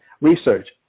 research